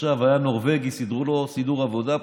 שעכשיו היה נורבגי, סידרו לו סידור עבודה פה,